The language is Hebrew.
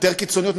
יותר קיצוניות,